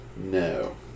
No